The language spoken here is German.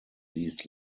liest